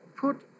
Put